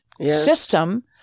system